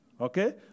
Okay